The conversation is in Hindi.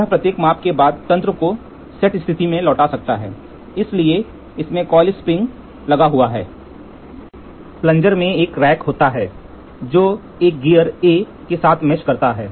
यह प्रत्येक माप के बाद तंत्र को रेस्ट 'स्थिति में भी लौटा सकता है क्योंकि इसमें कॉइल स्प्रिंग लगा हुआ है प्लनजर में एक रैक होता है जो एक गियर आकृति में चिह्नित गियर A के साथ मेष करता है